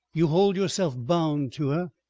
you hold yourself bound to her?